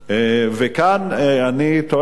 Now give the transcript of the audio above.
וכאן אני טוען: